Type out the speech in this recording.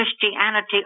Christianity